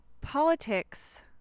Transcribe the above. politics